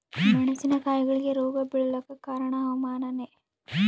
ಮೆಣಸಿನ ಕಾಯಿಗಳಿಗಿ ರೋಗ ಬಿಳಲಾಕ ಕಾರಣ ಹವಾಮಾನನೇ?